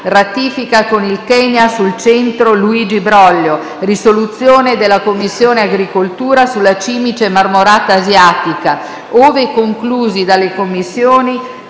ratifica con il Kenya sul Centro Luigi Broglio; risoluzione della Commissione agricoltura sulla cimice marmorata asiatica; ove conclusi dalle Commissioni,